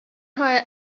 hire